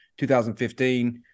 2015